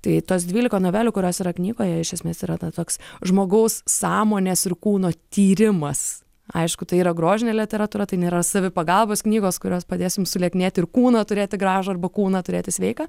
tai tos dvylika novelių kurios yra knygoje iš esmės yra toks žmogaus sąmonės ir kūno tyrimas aišku tai yra grožinė literatūra tai nėra savipagalbos knygos kurios padės jums sulieknėti ir kūną turėti gražų arba kūną turėti sveiką